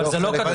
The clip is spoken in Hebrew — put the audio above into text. זה לא כתוב.